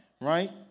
right